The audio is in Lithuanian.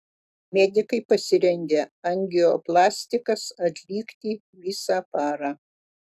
medikai pasirengę angioplastikas atlikti visą parą